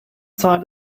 zeit